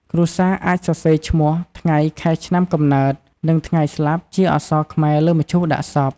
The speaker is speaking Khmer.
គ្រួសារអាចសរសេរឈ្មោះ ថ្ងៃខែឆ្នាំកំណើត និងថ្ងៃស្លាប់ជាអក្សរខ្មែរលើមឈូសដាក់សព។